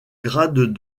grade